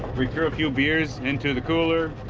we threw a few beers into the cooler